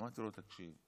אמרתי לו: תקשיב,